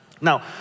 Now